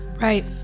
Right